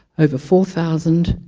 over four thousand,